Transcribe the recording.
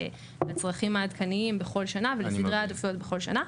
לצרכים העדכניים בכל שנה ולסדרי העדיפויות בכל שנה.